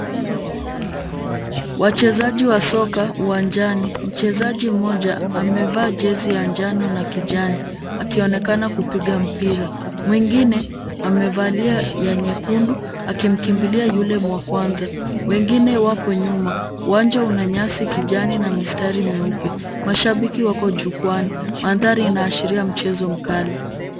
Wachezaji wa soka uwanjani. Mchezaji mmoja amevaa jezi ya njano na kijani akionekana kupiga mpira. Mwingine amevalia ya nyekundu akimkimbilia yule wa kwanza. Wengine wapo nyuma. Uwanja una nyasi kijani na mistari mweupe. Mashabiki wako jukwaani. Mandhari inaashiria mchezo mkali.